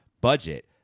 budget